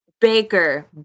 Baker